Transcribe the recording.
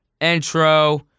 intro